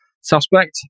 suspect